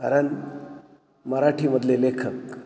कारण मराठीमधले लेखक